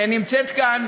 נמצאת כאן